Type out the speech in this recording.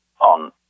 on